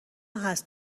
هستش